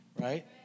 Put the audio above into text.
right